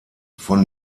von